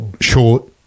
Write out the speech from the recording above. short